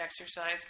exercise